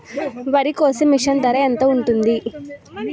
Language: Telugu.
వరి కోసే మిషన్ ధర ఎంత ఉంటుంది?